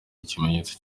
ikimenyetso